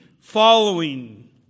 following